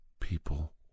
People